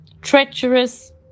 treacherous